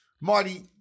Marty